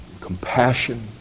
compassion